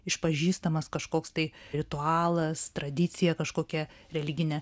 išpažįstamas kažkoks tai ritualas tradicija kažkokia religinė